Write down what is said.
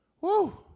woo